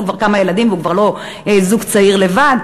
כבר כמה ילדים והוא כבר לא זוג צעיר לבד,